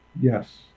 Yes